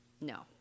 No